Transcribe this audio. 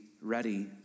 ready